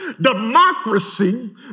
Democracy